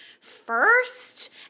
first